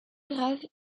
grave